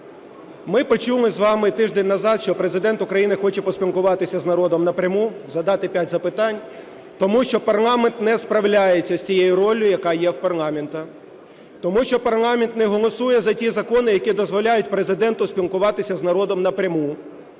Ми почули з вами тиждень назад, що Президент України хоче поспілкуватися з народом напряму, задати 5 запитань, тому що парламент не справляється з тією роллю, яка є в парламенту, тому що парламент не голосує за ті закони, які дозволяють Президенту спілкуватися з народом напряму,